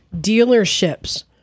dealerships